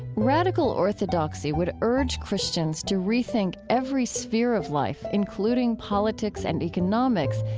radical orthodoxy would urge christians to rethink every sphere of life, including politics and economics,